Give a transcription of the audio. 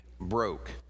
broke